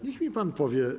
Niech mi pan powie.